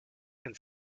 and